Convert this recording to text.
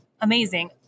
amazing